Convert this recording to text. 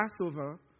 Passover